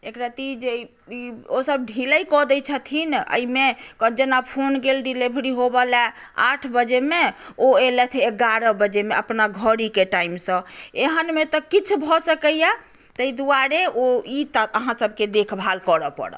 एकर रत्ती जे ओ सभ ढिलई कऽ दै छथिन एहिमे जेना फोन गेल डिलेवरी होवऽ लेल आठ बजेमे ओ एलथि इग्यारह बजेमे अपना घड़ीकेँ टाइम सँ एहनमे तऽ किछु भऽ सकैया ताहि दुआरे ओ ई अहाँ सभकेँ देखभाल करऽ पड़त